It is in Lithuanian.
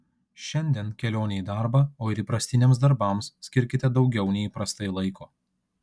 šiandien kelionei į darbą o ir įprastiniams darbams skirkite daugiau nei įprastai laiko